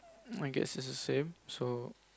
my guess is the same so